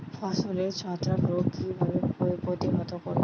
ফসলের ছত্রাক রোগ কিভাবে প্রতিহত করব?